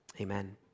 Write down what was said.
amen